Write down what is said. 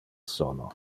sono